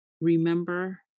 Remember